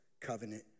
covenant